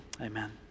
Amen